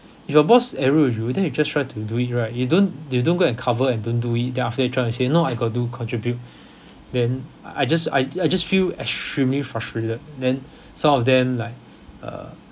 your boss enroll you then you just try to do it right you don't you don't go and cover and don't do it then after that try to say no I got do contribute then I just I ju~ just feel extremely frustrated then some of them like uh